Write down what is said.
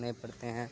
نے پڑتے ہیں